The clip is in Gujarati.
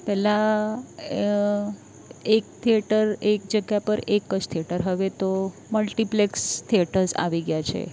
પહેલા એક થિયેટર એક જગ્યા પર એક જ થિયેટર હવે તો મલ્ટિપ્લેક્સ થિયેટર્સ આવી ગયા છે